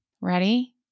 Ready